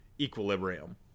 equilibrium